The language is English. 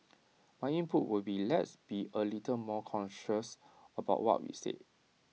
my input would be let's be A little more cautious about what we say